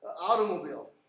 Automobile